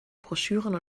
broschüren